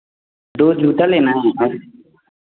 दो जूता लेना है